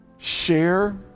Share